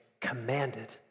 commanded